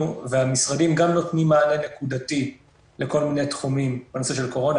והמשרדים גם נותנים מענה נקודתי לכל מיני תחומים בנושא של קורונה,